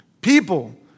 people